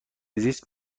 زیست